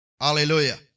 Hallelujah